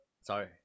Sorry